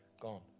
Gone